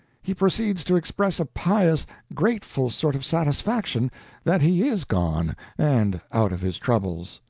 he proceeds to express a pious, grateful sort of satisfaction that he is gone and out of his troubles!